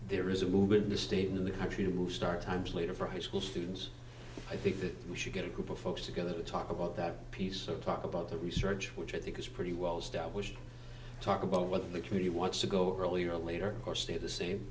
there is a move in the state in the country to move start times later for high school students i think that we should get a group of folks together to talk about that piece of talk about the research which i think is pretty well established talk about what the community wants to go earlier later or stay the same